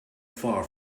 far